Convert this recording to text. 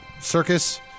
Circus